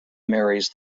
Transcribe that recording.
marries